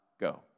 go